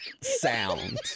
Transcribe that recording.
sound